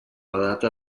data